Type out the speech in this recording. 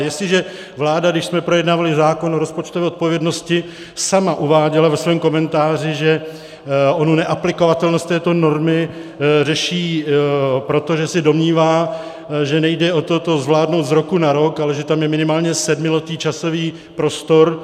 Jestliže vláda, když jsme projednávali zákon o rozpočtové odpovědnosti, sama uváděla ve svém komentáři, že onu neaplikovatelnost této normy řeší proto, že se domnívá, že nejde o to to zvládnout z roku na rok, ale že tam je minimálně sedmiletý časový prostor.